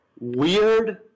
weird